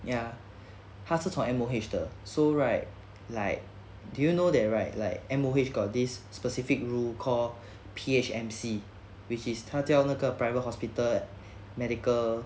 ya 他是从 M_O_H 的 so right like do you know that right like M_O_H got this specific rule call P_H_M_C which is 他叫那个 private hospital medical